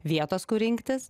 vietos kur rinktis